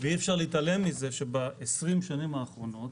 ואי אפשר להתעלם מזה שב-20 השנים האחרונות,